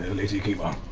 lady kima.